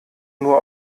nur